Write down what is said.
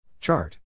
Chart